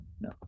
No